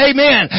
Amen